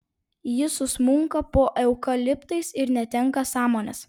ji susmunka po eukaliptais ir netenka sąmonės